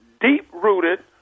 deep-rooted